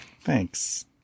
Thanks